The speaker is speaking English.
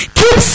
keep